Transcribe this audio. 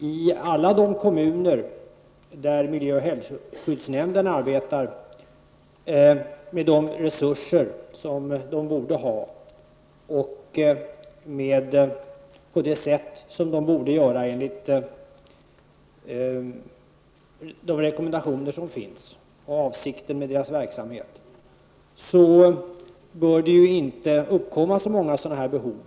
I alla de kommuner där miljö och hälsoskyddsnämnderna arbetar med de resurser som de borde ha och på det sätt som de borde göra enligt de rekommendationer som finns för avsikten med deras verksamhet, bör det inte uppkomma så många sådana behov.